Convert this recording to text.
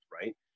right